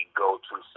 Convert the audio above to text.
go-to